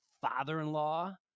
father-in-law